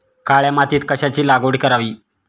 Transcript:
काळ्या मातीत कशाची लागवड करावी?